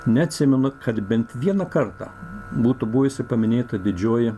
neatsimenu kad bent vieną kartą būtų buvusi paminėta didžioji